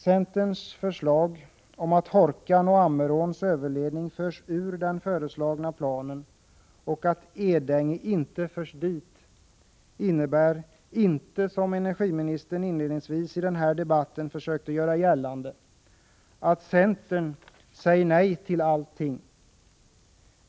Centerns förslag om att Hårkan och Ammeråns överledning förs ut ur den föreslagna planen och att Edänge inte förs dit innebär inte, som energiministern inledningsvis i den här debatten försökte göra gällande, att centern säger nej till allting.